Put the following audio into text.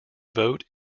vote